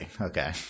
okay